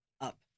up